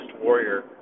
warrior